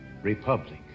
Republic